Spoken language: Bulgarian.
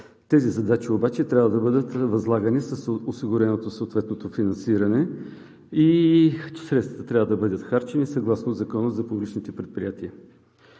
Тези задачи обаче трябва да бъдат възлагани със съответното осигурено финансиране и че средствата трябва да бъдат харчени съгласно Закона за публичните предприятия.